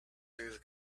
through